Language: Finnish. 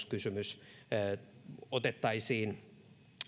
kysymys koulutuksen saavutettavuudesta otettaisiin